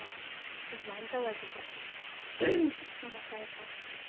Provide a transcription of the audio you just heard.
ꯍꯣꯏ ꯑꯗꯨꯃꯥꯏꯅ ꯇꯧꯔꯁꯤꯀꯣ ꯍꯣꯏ ꯍꯣꯏ ꯐꯔꯦ ꯐꯔꯦ